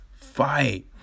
fight